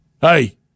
Hey